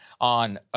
on